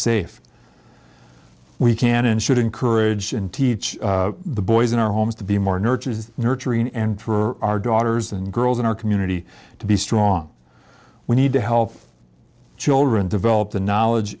safe we can and should encourage and teach the boys in our homes to be more nurturing nurturing and for our daughters and girls in our community to be strong we need to help children develop the knowledge